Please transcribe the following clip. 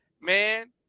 Man